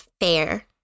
Fair